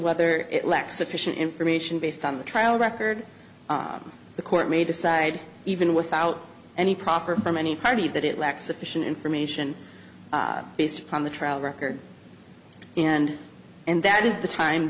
whether it lacks sufficient information based on the trial record the court may decide even without any proper from any party that it lacks sufficient information based on the track record and and that is the time